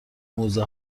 موزه